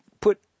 put